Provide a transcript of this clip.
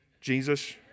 Jesus